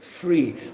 free